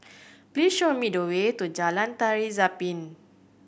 please show me the way to Jalan Tari Zapin